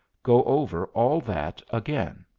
go over all that again.